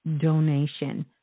donation